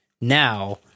now